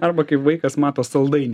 arba kai vaikas mato saldainį